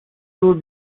two